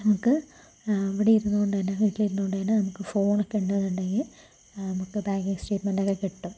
നമുക്ക് ഇവിടെ ഇരുന്നുകൊണ്ട് തന്നെ വീട്ടിലിരുന്നോണ്ട് തന്നെ നമുക്ക് ഫോണൊക്കെയുണ്ട്ന്ന് ഉണ്ടെങ്കിൽ നമുക്ക് ബാങ്കിംഗ് സ്റ്റേറ്റ്മെൻ്റൊക്കെ കിട്ടും